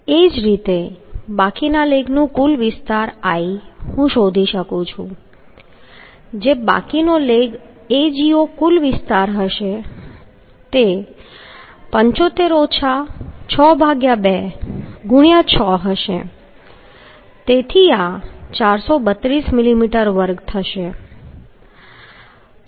એ જ રીતે બાકીના લેગનું કુલ વિસ્તાર I શોધી શકું છું જે બાકીનો લેગ Ago કુલ વિસ્તાર હશે ✕6 હશે તેથી આ 432 મિલીમીટર વર્ગ હશે